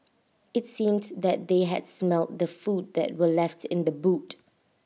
IT seemed that they had smelt the food that were left in the boot